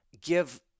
give